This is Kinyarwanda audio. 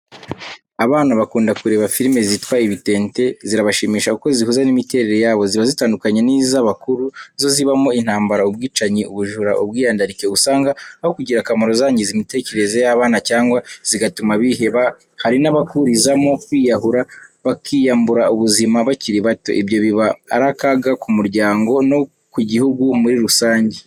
Abana bakunda kureba filime zitwa ibitente, zirabashimisha kuko zihuza n'imitekerereze yabo, ziba zitandukanye n'iz'abakuru, zo zizamo: intambara, ubwicanyi, ubujura, ubwiyandarike, usanga aho kugira akamaro zangiza imitekerereze y'abana cyangwa zigatuma biheba, hari n'abakurizamo kwiyahura bakiyambura ubuzima bakiri bato. Ibyo biba ari akaga ku muryango no ku gihugu muri rusange.